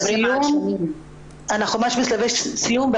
אנחנו ממש בשלבי סיום,